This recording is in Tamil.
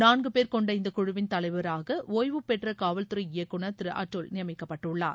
நான்கு போ் கொண்ட இந்த குழுவின் தலைவராக ஓய்வு பெற்ற காவல்துறை இயக்குநர் திரு அதுல் நியமிக்கப்பட்டுள்ளார்